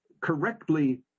correctly